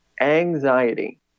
anxiety